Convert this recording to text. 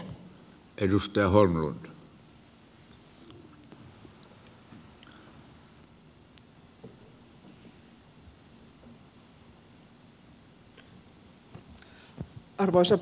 arvoisa puhemies